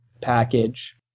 package